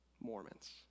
Mormons